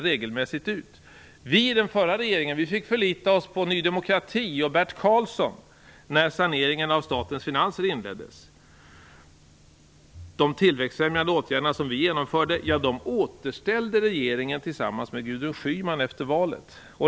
Vi i den förra regeringen fick förlita oss på Ny demokrati och Bert Karlsson när saneringen av statens finanser inleddes. De tillväxtfrämjande åtgärder vi genomförde återställde regeringen tillsammans med Gudrun Schyman efter valet.